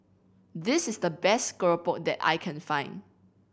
this is the best keropok that I can find